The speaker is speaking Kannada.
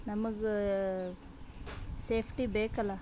ನಮಗೆ ಸೇಫ್ಟಿ ಬೇಕಲ್ಲ